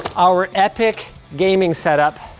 our epic gaming setup